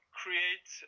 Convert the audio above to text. create